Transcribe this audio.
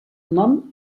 nom